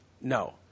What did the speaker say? No